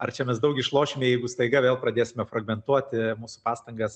ar čia mes daug išlošime jeigu staiga vėl pradėsime fragmentuoti mūsų pastangas